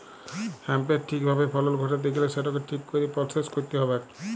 হ্যাঁম্পের ঠিক ভাবে ফলল ঘটাত্যে গ্যালে সেটকে ঠিক কইরে পরসেস কইরতে হ্যবেক